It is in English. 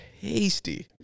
tasty